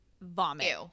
Vomit